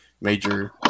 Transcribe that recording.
major